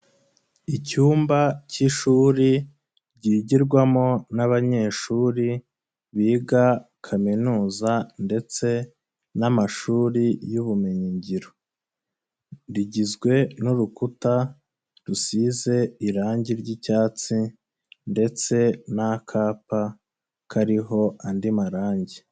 Icyumba cy'ishuri ryigirwamo n'abanyeshuri biga kaminuza ndetse n'amashuri y'ubumenyingiro, rigizwe n'urukuta rusize irangi ry'icyatsi ndetse n'akapa kariho andi marangi.